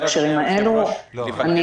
אדוני